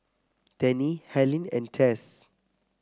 Tennie Helyn and Tess